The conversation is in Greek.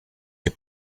και